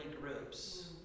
groups